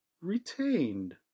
retained